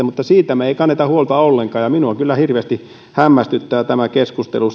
mutta siitä me emme kanna huolta ollenkaan ja minua kyllä hirveästi hämmästyttää tämä keskustelu